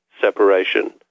separation